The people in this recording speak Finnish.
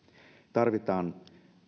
tarvitaan